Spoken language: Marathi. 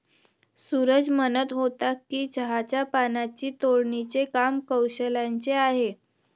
सूरज म्हणत होता की चहाच्या पानांची तोडणीचे काम कौशल्याचे आहे